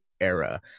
era